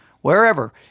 wherever